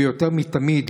יותר מתמיד,